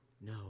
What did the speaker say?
no